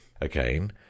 Again